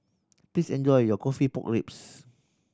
please enjoy your coffee pork ribs